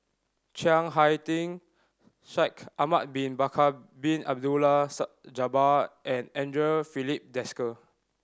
Chiang Hai Ding Shaikh Ahmad Bin Bakar Bin Abdullah Jabbar and Andre Filipe Desker